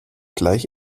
gleich